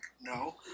No